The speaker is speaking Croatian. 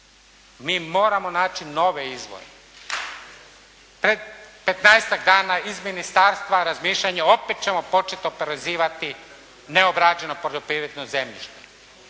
Mi moramo naći nove izvore. Pred 15-tak dana iz Ministarstva razmišljanje opet ćemo početi oporezivati neobrađeno poljoprivredno zemljište.